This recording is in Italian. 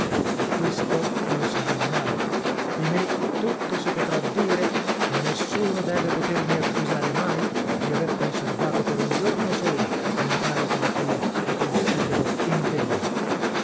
e questo non sarà mai di me tutto si potrà dire ma nessuno deve potermi accusare mai di aver conservato per un giorno solo una carica di cui mi considero indegno